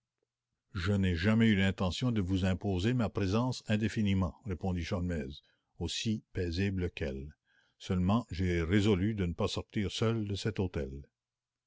je n'ai jamais eu l'intention de vous imposer ma présence indéfiniment répondit sholmès aussi paisible qu'elle seulement j'ai résolu de ne pas sortir seul de cet hôtel